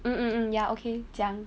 mm mm mm ya okay 讲